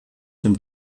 dem